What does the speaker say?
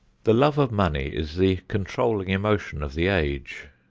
the love of money is the controlling emotion of the age.